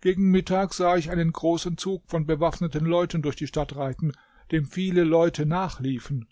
gegen mittag sah ich einen großen zug von bewaffneten leuten durch die stadt reiten dem viele leute nachliefen